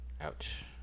Ouch